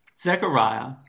Zechariah